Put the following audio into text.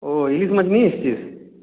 ও ইলিশ মাছ নিয়ে এসেছিস